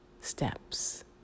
steps